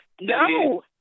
no